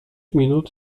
minut